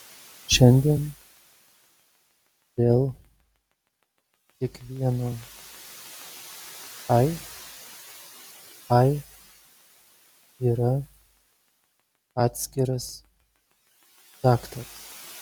šiandien dėl kiekvieno ai ai yra atskiras daktaras